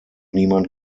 niemand